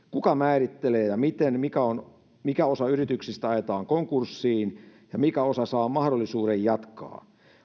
kuka määrittelee ja miten mikä osa yrityksistä ajetaan konkurssiin ja mikä osa saa mahdollisuuden jatkaa